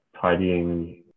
tidying